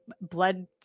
blood